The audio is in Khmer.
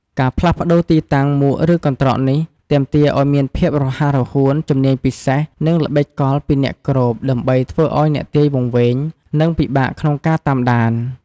ការផ្លាស់ប្ដូរទីតាំងមួកឬកន្ត្រកនេះទាមទារភាពរហ័សរហួន ជំនាញពិសេស និងល្បិចកលពីអ្នកគ្របដើម្បីធ្វើឱ្យអ្នកទាយវង្វេង និងពិបាកក្នុងការតាមដាន។